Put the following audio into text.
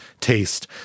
taste